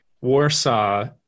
Warsaw